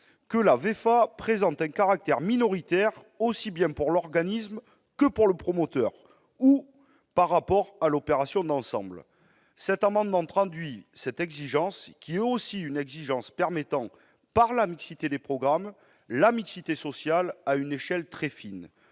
que « la VEFA présente un caractère minoritaire, aussi bien pour l'organisme que pour le promoteur, ou par rapport à l'opération d'ensemble ». Cet amendement traduit cette exigence, qui est aussi une exigence permettant, par la mixité des programmes, la mixité sociale à une échelle très fine.